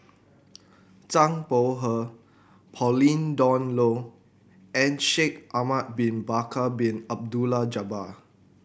Zhang Bohe Pauline Dawn Loh and Shaikh Ahmad Bin Bakar Bin Abdullah Jabbar